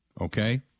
okay